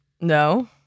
No